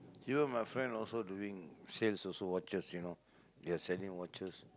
you know my friend also doing sales also watches you know they are selling watches